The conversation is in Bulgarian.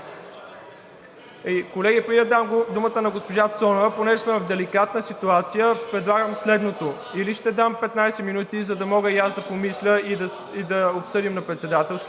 Колеги, преди да дам думата на госпожа Цонева, тъй като сме в деликатна ситуация, предлагам следното: или ще дам 15 минути, за да мога и аз да помисля и да обсъдим на Председателски съвет,